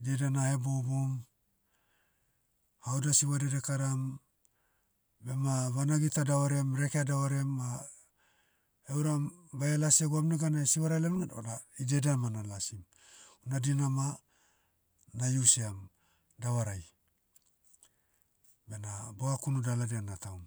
Idiaida na hebouboum, haoda sivarada ekaram, bema vanagi tadavaream reke adavaream ma, euram, baie las egwam neganai sivarailaim na vada, idedia ma nalasim. Na dina ma, na iusiam, davarai, bena boga kunu daladia na tahum.